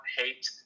hate